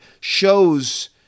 shows